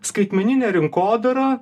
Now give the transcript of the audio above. skaitmeninę rinkodarą